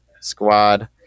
squad